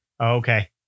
okay